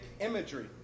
imagery